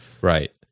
Right